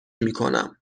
میکنم